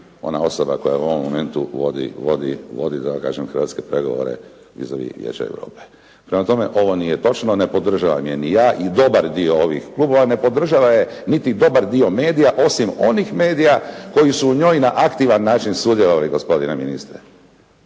ona osoba koja u ovom momentu vodi da tako kažem hrvatske pregovore vis a vis Vijeća Europe. Prema tome, ovo nije točno. Ne podržavam je ni ja i dobar dio ovih klubova. Ne podržava je niti dobar dio medija osim onih medija koji su u njoj na aktivan način sudjelovali gospodine ministre.